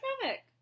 traffic